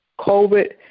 COVID